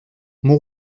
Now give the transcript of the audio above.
mon